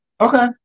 Okay